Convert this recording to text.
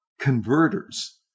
converters